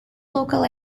local